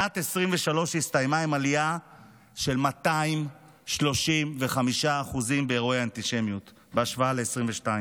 שנת 2023 הסתיימה עם עלייה של 235% באירועי האנטישמיות בהשוואה ל-2022.